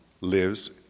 lives